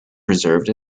preserved